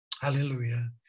Hallelujah